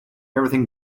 everything